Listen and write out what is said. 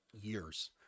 years